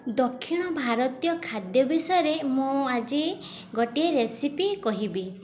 ଦକ୍ଷିଣ ଭାରତୀୟ ଖାଦ୍ୟ ବିଷୟରେ ମୁଁ ଆଜି ଗୋଟିଏ ରେସିପି କହିବି